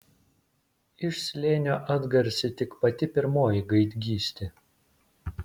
iš slėnio atgarsi tik pati pirmoji gaidgystė